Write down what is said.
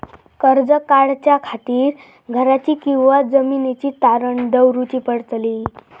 कर्ज काढच्या खातीर घराची किंवा जमीन तारण दवरूची पडतली?